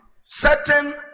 certain